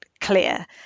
clear